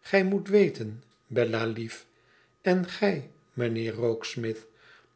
gij moet weten bella-lief en gij mijnheer rokesmith